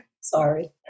Sorry